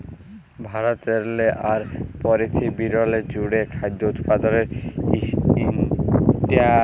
ভারতেরলে আর পিরথিবিরলে জ্যুড়ে খাদ্য উৎপাদলের ইন্ডাসটিরি ইকট বিরহত্তম ব্যবসা